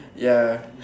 ya